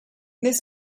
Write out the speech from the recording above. this